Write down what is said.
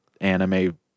anime